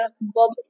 Bob